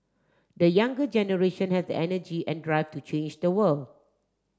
the younger generation has energy and drive to change the world